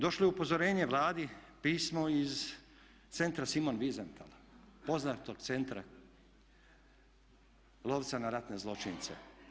Došlo je upozorenje Vladi, pismo iz Centra Simon Wiesenthal, poznatog centra lovca na ratne zločince.